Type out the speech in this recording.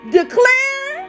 declare